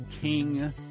King